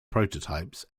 prototypes